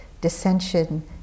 dissension